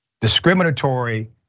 discriminatory